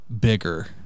bigger